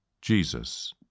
Jesus